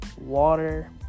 water